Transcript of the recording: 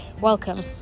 Welcome